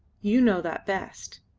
you know that best.